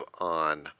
on